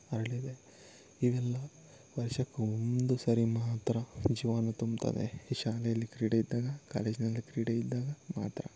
ಅರಳಿವೆ ಇವೆಲ್ಲ ವರ್ಷಕ್ಕೊಂದು ಸರಿ ಮಾತ್ರ ಜೀವವನ್ನು ತುಂಬ್ತದೆ ಈ ಶಾಲೆಯಲ್ಲಿ ಕ್ರೀಡೆ ಇದ್ದಾಗ ಕಾಲೇಜ್ನಲ್ಲಿ ಕ್ರೀಡೆ ಇದ್ದಾಗ ಮಾತ್ರ